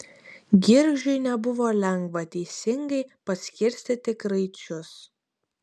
girgždžiui nebuvo lengva teisingai paskirstyti kraičius